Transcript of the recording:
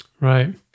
Right